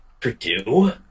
Purdue